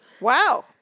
Wow